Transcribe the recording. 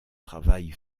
travail